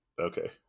okay